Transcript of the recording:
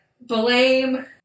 Blame